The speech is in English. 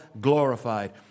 glorified